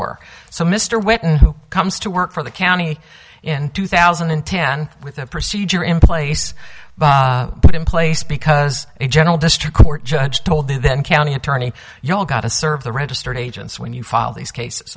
were so mr whitten who comes to work for the county in two thousand and ten with a procedure in place put in place because a general district court judge told the then county attorney you all got to serve the registered agents when you file these cases